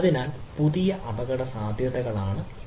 അതിനാൽ പുതിയ അപകടസാധ്യതകളാണ് ഇവ